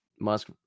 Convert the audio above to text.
Musk